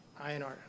INR